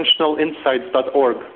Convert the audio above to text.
IntentionalInsights.org